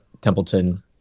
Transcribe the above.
templeton